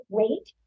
weight